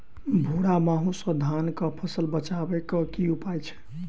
भूरा माहू सँ धान कऽ फसल बचाबै कऽ की उपाय छै?